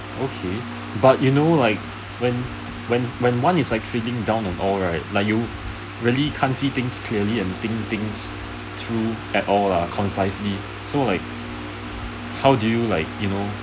okay but you know like when when when one is feeling down and all right like you really can't see things clearly and think things through at all lah concisely so like how do you like you know